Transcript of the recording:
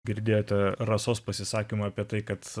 girdėtą rasos pasisakymą apie tai kad